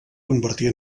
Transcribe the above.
convertir